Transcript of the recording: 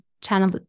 channel